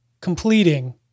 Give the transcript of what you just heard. completing